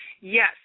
Yes